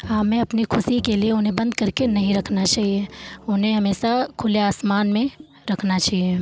हमें अपनी ख़ुशी के लिए उन्हें बंद करके नहीं रखना चाहिए उन्हें हमेशा खुले आसमान में रखना चहिए